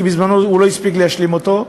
כי בזמנו הוא לא הספיק להשלים אותה.